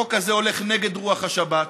החוק הזה הולך נגד רוח השבת,